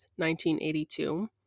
1982